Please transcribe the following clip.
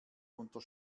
unter